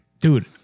Dude